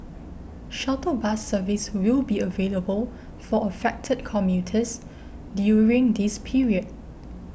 shuttle bus service will be available for affected commuters during this period